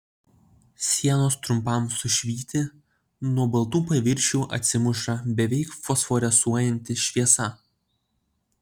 sienos trumpam sušvyti nuo baltų paviršių atsimuša beveik fosforescuojanti šviesa